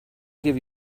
give